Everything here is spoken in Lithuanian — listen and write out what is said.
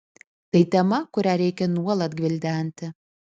tai tema kurią reikia nuolat gvildenti